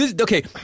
Okay